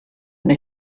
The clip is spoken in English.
and